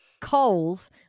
coals